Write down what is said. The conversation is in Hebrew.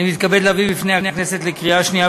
אני מתכבד להביא בפני הכנסת לקריאה שנייה